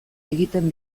egiten